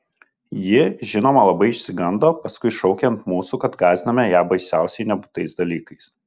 ji žinoma labai išsigando paskui šaukė ant mūsų kad gąsdiname ją baisiausiai nebūtais dalykais